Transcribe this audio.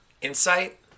Insight